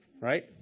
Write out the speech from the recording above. right